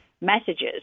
messages